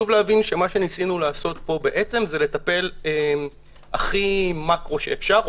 מה שניסינו לעשות פה לטפל הכי מקרו שאפשר.